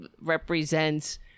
represents